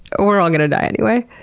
ah we're all gonna die anyway?